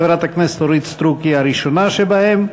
חברת הכנסת אורית סטרוק היא הראשונה שבהם,